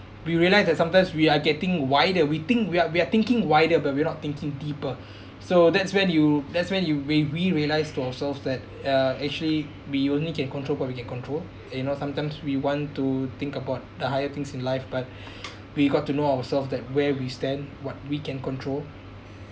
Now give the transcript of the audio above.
we realised that sometimes we are getting wider we think we are we are thinking wider but we're not thinking deeper so that's when you that's when you when we realise to ourselves that uh actually we only can control what we can control you know sometimes we want to think about the higher things in life but we got to know ourselves that where we stand what we can control